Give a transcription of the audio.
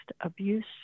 abuse